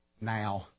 Now